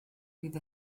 bydd